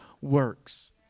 works